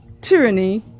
Tyranny